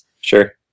Sure